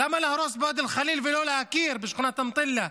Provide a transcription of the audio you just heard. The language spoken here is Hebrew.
למה להרוס את ואדי אל-ח'ליל ולא להכיר בשכונת אלמטלה?